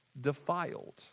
defiled